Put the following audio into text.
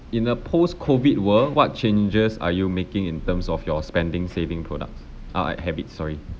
in a post COVID world what changes are you making in terms of your spending saving products uh eh habits sorry